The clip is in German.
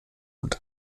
und